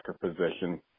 position